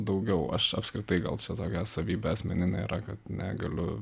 daugiau aš apskritai gal tokia savybė asmeninė yra kad negaliu